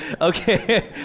Okay